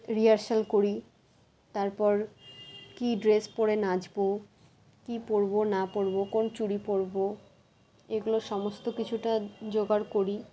rehearsal করি তারপর কী ড্রেস পরে নাচবো কী পরবো না পরবো কোন চুড়ি পরবো এগুলো সমস্ত কিছুটা জোগাড় করি